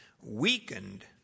weakened